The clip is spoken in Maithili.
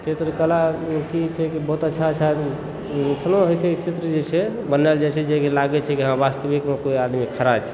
चित्रकलामे की छै कि बहुत अच्छा अच्छा आदमी चित्र बनायल जाइत छै जे कि लगैत छै कि हँ कोनो आदमी वास्तविकमे खड़ा छै